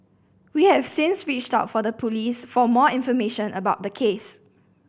we've since reached out to the Police for more information about the case